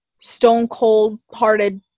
stone-cold-hearted